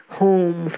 home